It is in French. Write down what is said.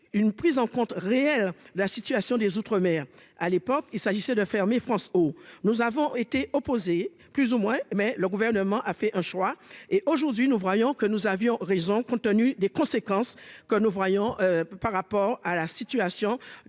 une prise en compte réelle, la situation des outre-mer à l'époque il s'agissait de fermer France oh, nous avons été opposé plus ou moins, mais le gouvernement a fait un choix, et aujourd'hui nous voyons que nous avions raison, compte tenu des conséquences que nous voyons, par rapport à la situation